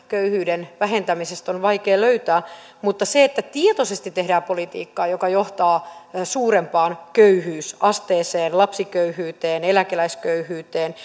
köyhyyden vähentämisestä on vaikea löytää mutta se että tietoisesti tehdään politiikkaa joka johtaa suurempaan köyhyysasteeseen lapsiköyhyyteen eläkeläisköyhyyteen